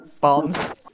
bombs